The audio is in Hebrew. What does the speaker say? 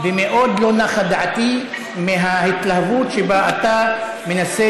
ומאוד לא נוחה דעתי מההתלהבות שבה אתה מנסה